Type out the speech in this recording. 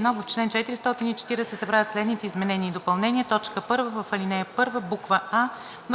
61. В чл. 440 се правят следните изменения и допълнения: 1. В ал. 1: а)